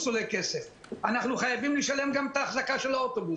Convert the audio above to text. אנחנו משתדלים לתת את המענים לכולם.